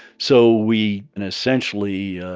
so we essentially